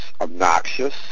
obnoxious